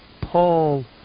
Paul